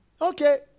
Okay